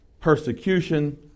persecution